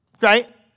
Right